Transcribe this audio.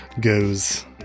goes